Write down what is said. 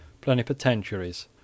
plenipotentiaries